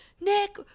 Nick